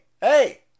hey